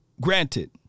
granted